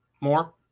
more